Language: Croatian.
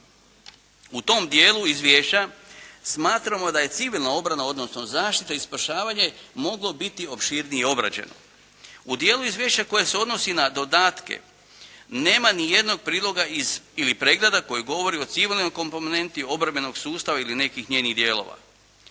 U tom dijelu izvješća smatramo da je civilna obrana odnosno zaštita i spašavanje moglo biti opširnije obrađeno. U dijelu izvješća koje se odnosi na dodatke nema nijednog priloga ili pregleda koji govori o civilnoj komponentni obrambenog sustava ili nekih njenih dijelova.